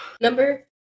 Number